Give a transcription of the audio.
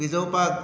भिजोवपाक